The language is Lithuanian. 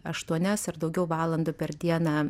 aštuonias ar daugiau valandų per dieną